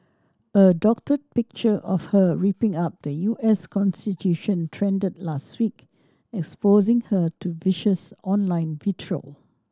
a doctored picture of her ripping up the U S constitution trended last week exposing her to vicious online vitriol